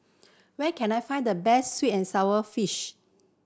where can I find the best sweet and sour fish